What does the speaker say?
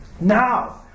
Now